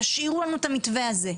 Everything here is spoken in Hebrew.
תשאירו לנו את המתווה הזה.